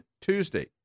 Tuesday